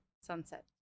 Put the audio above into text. Sunset